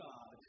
God